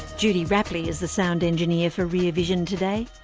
judy rapley is the sound engineer for rear vision today.